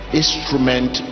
instrument